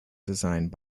designed